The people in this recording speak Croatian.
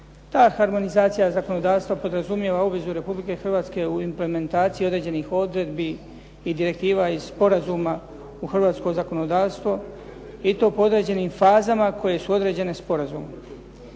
Ta harmonizacija zakonodavstva podrazumijeva obvezu Republike Hrvatske u implementaciji određenih odredbi i direktiva iz sporazuma u hrvatsko zakonodavstvo i to po određenim fazama koje su određene sporazumom.